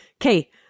Okay